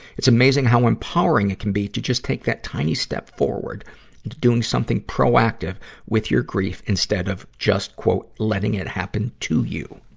it's amazing how empowering it can be to just take that tiny step forward into doing something proactive with your grief instead of just letting it happen to you.